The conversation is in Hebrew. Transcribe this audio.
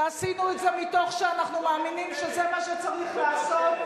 ועשינו את זה מתוך שאנחנו מאמינים שזה מה שצריך לעשות,